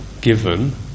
given